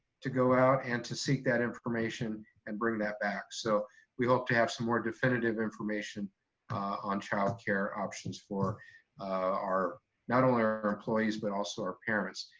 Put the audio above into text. to go out and to seek that information and bring that back. so we hope to have some more definitive information on childcare options for not only our employees, but also our parents.